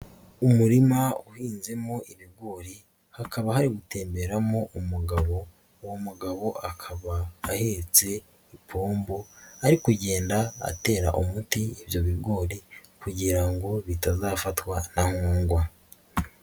Umurima uhinzemo ibigori, hakaba hari gutemberamo umugabo, uwo mugabo akaba ahetse ipombo ari kugenda atera umuti ibyo bigori kugira ngo bitazafatwa na nkungwa.